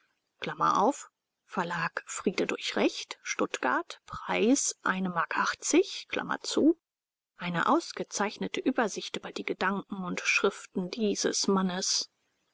mark eine ausgezeichnete übersicht über die gedanken und schriften dieses mannes